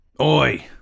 Oi